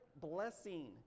blessing